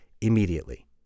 immediately